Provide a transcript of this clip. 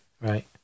Right